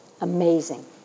amazing